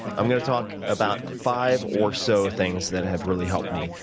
i'm going to talk about five or so things that have really helped me,